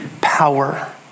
power